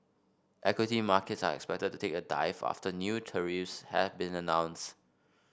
equity markets are expected to take a dive after new tariffs have been announced